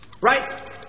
Right